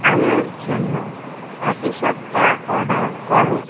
আমার জন্য পাটিসাপ্টা অর্ডার করো